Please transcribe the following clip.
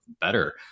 better